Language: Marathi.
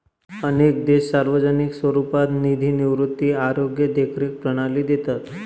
अनेक देश सार्वजनिक स्वरूपात निधी निवृत्ती, आरोग्य देखरेख प्रणाली देतात